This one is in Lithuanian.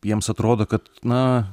jiems atrodo kad na